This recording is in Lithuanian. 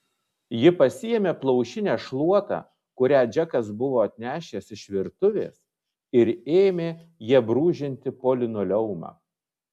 ji pasiėmė plaušinę šluotą kurią džekas buvo atnešęs iš virtuvės ir ėmė ja brūžinti po linoleumą